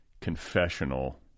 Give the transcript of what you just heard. confessional